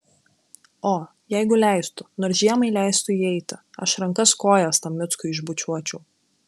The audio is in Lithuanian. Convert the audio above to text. o jeigu leistų nors žiemai leistų įeiti aš rankas kojas tam mickui išbučiuočiau